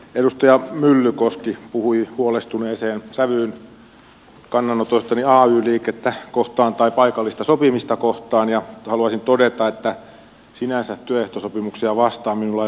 edustaja myllykoski puhui huolestuneeseen sävyyn kannanotoistani ay liikettä kohtaan tai paikallista sopimista kohtaan ja haluaisin todeta että sinänsä työehtosopimuksia vastaan minulla ei ole mitään